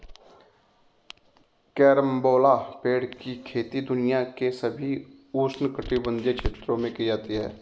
carambola पेड़ की खेती दुनिया के सभी उष्णकटिबंधीय क्षेत्रों में की जाती है